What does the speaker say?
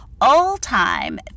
all-time